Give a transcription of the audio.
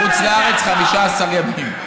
בחוץ לארץ 15 ימים,